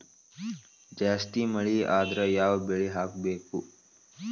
ಜಾಸ್ತಿ ಮಳಿ ಆದ್ರ ಯಾವ ಬೆಳಿ ಹಾಕಬೇಕು?